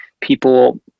people